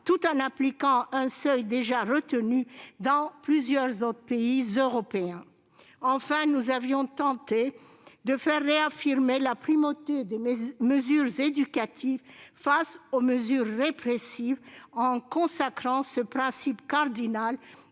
tout en appliquant un seuil déjà retenu dans plusieurs autres pays européens. Enfin, nous avions tenté de réaffirmer la primauté des mesures éducatives sur les mesures répressives en consacrant ce principe cardinal